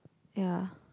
ya